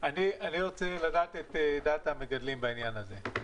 אני רוצה לדעת את דעת המגדלים בעניין הזה.